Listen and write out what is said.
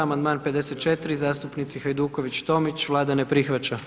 Amandman 54. zastupnici Hajduković, Tomić, Vlada ne prihvaća.